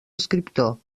escriptor